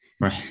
Right